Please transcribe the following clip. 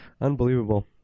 Unbelievable